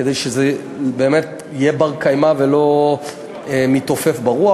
כדי שזה יהיה בר-קיימא ולא מתעופף ברוח.